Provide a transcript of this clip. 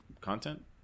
content